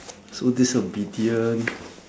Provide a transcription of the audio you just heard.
so disobedient